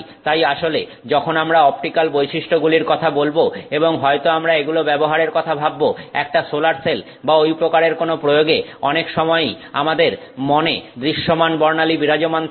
তাই আসলে যখন আমরা অপটিক্যাল বৈশিষ্ট্যগুলির কথা বলব এবং হয়তো আমরা এগুলো ব্যবহারের কথা ভাববো একটা সোলার সেল বা ঐ প্রকারের কোন প্রয়োগে অনেক সময়ই আমাদের মনে দৃশ্যমান বর্ণালী বিরাজমান থাকবে